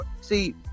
See